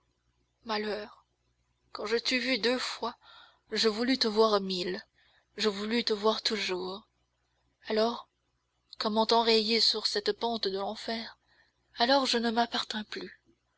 malheur quand je t'eus vue deux fois je voulus te voir mille je voulus te voir toujours alors comment enrayer sur cette pente de l'enfer alors je ne m'appartins plus